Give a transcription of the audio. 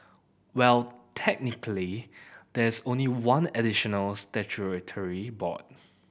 well technically there is only one additional statutory board